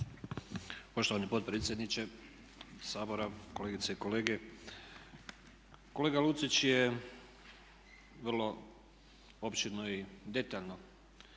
Poštovani potpredsjedniče Sabora, kolegice i kolege kolega Lucić je vrlo opširno i detaljno